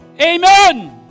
Amen